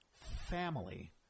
Family